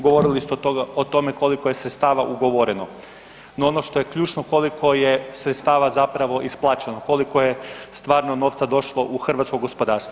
Govorili ste o tome koliko je sredstava ugovoreno, no ono što je ključno koliko je sredstava zapravo isplaćeno, koliko je stvarno novca došlo u hrvatsko gospodarstvo.